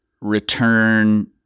return